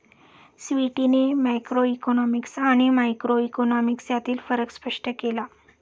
स्वीटीने मॅक्रोइकॉनॉमिक्स आणि मायक्रोइकॉनॉमिक्स यांतील फरक स्पष्ट केला